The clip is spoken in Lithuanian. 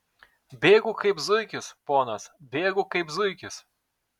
bėgu kaip zuikis ponas bėgu kaip zuikis